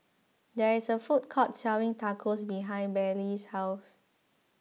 there is a food court selling Tacos behind Bailey's house